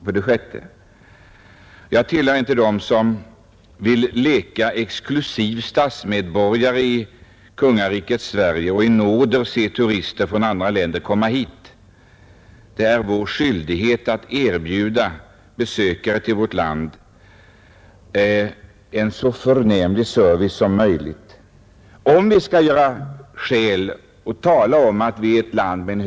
För det sjätte tillhör jag inte dem som vill leka exklusiv statsmedborgare i kungariket Sverige och i nåder se turister från andra länder komma hit. Om vi skall kunna tala om att Sverige är ett land med hög standard är det vår skyldighet att erbjuda besökare som kommer till vårt land en så förnämlig service som möjligt.